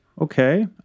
okay